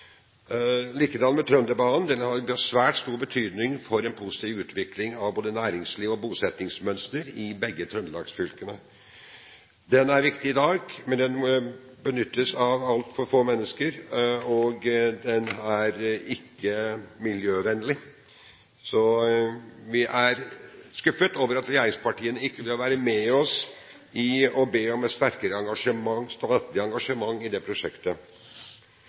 Likedan med Trønderbanen: Den har svært stor betydning for en positiv utvikling av både næringsliv og bosettingsmønster i begge trøndelagsfylkene. Den er viktig i dag, men den benyttes av altfor få mennesker, og den er ikke miljøvennlig. Så vi er skuffet over at regjeringspartiene ikke vil være med oss i å be om et sterkere statlig engasjement i det prosjektet.